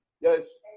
Yes